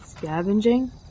Scavenging